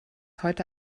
heute